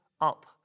up